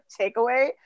takeaway